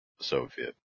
Soviet